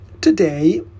today